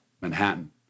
Manhattan